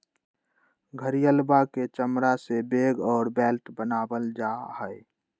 घड़ियलवा के चमड़ा से बैग और बेल्ट बनावल जाहई